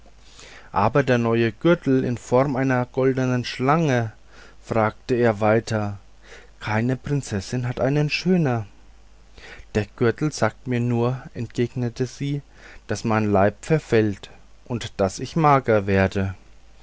aber der neue gürtel in form einer goldenen schlange fragte er weiter keine prinzessin hat ihn schöner der gürtel sagt mir nur entgegnete sie daß mein leib verfällt und daß ich mager werde